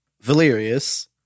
Valerius